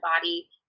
body